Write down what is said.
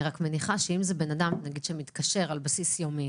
אני רק מניחה שאם זה אדם שמתקשר על בסיס יומי